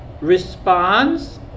Response